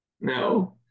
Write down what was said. No